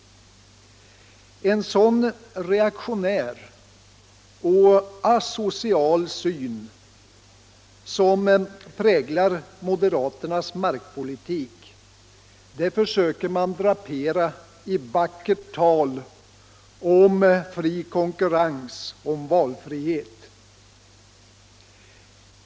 En sådan reaktionär och asocial syn som präglar moderaternas markpolitik försöker man drapera I vackert tal om fri konkurrens och valfrihet.